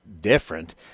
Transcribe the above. different